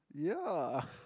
ya